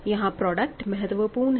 यहां प्रोडक्ट महत्वपूर्ण है